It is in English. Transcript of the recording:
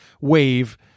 wave